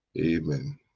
Amen